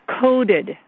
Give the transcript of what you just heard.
coded